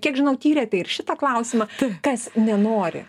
kiek žinau tyrėte ir šitą klausimą kas nenori